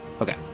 Okay